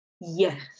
Yes